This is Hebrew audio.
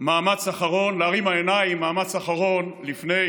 מאמץ אחרון, להרים העיניים, מאמץ אחרון לפני